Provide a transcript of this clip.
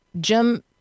Jim